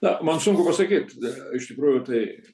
na man sunku pasakyt iš tikrųjų tai